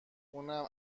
اونم